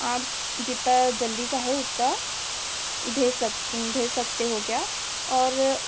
आप जितना जल्दी चाहे उतना भेज सक भेज सकते हो क्या और